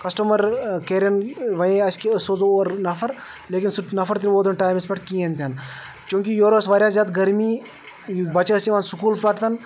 customer کیرَن ونے اَسہِ کہ أسۍ سوزو اور نَفَر لیکن سُہ نَفَر تہِ ووت نہٕ ٹایمَس پٮ۪ٹھ کِہیٖنۍ تہِ نہٕ چوٗنٛکہ یور اوس واریاہ زیادٕ گرمی بَچہِ ٲسی یوان سکوٗل پٮ۪ٹھ